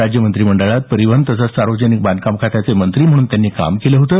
राज्य मंत्रिमंडळात परिवहन तसंच सार्वजनिक बांधकाम खात्याचे मंत्री म्हणून त्यांनी काम केलं होतं